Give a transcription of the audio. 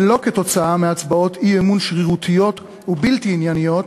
ולא כתוצאה מהצבעות אי-אמון שרירותיות ובלתי ענייניות,